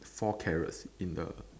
four carrots in the